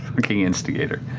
fucking instigator.